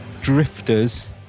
Drifters